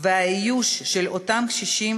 והייאוש של אותם קשישים,